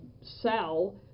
sell